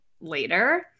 later